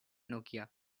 nokia